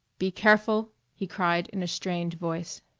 be careful! he cried in a strained voice.